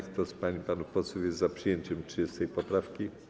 Kto z pań i panów posłów jest za przyjęciem 30. poprawki?